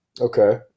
Okay